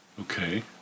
Okay